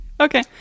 Okay